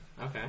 Okay